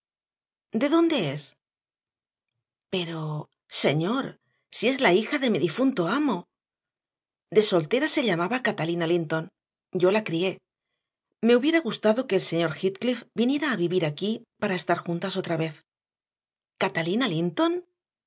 de dónde es pero señor si es la hija de mi difunto amo de soltera se llamaba catalina linton yo la crié me hubiera gustado que el señor heathcliff viniera a vivir aquí para estar juntas otra vez catalina linton